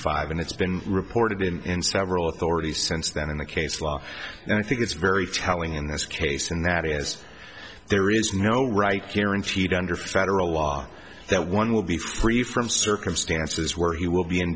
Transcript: five and it's been reported in several authorities since then in the case law and i think it's very telling in this case and that is there is no right here in feud under federal law that one will be free from circumstances where he will be